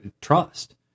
trust